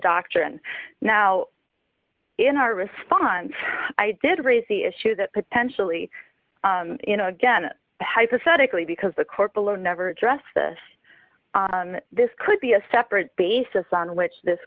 doctrine now in our response i did raise the issue that potentially you know again a hypothetical because the court below never addressed this this could be a separate basis on which this